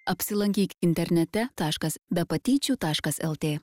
apsilankyk internete taškas bepatyčių taškas lt